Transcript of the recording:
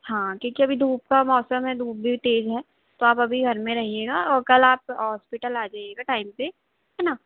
हाँ क्योंकि अभी धूप का मौसम है धूप भी तेज़ है तो आप अभी घर में रहिएगा और कल आप हॉस्पिटल आ जाइएगा टाइम पर है न